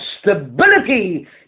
stability